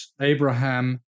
Abraham